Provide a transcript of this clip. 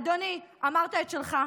אדוני, אדוני, אמרת את שלך.